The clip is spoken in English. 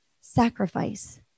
sacrifice